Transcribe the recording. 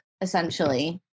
essentially